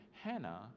Hannah